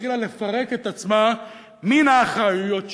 החלה לפרק את עצמה מהאחריויות שלה,